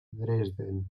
dresden